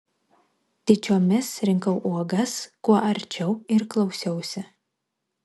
tyčiomis rinkau uogas kuo arčiau ir klausiausi